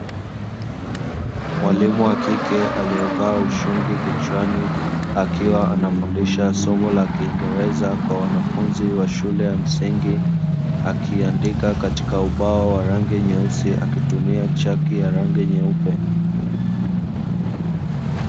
Mwalimu wa kike aliyevaa ushungi kichwani, akiwa anafundisha somo la kingereza kwa wanafunzi wa shule ya msingi. Akiandika katika ubao wa rangi nyeusi, akitumia chaki ya rangi nyeupe.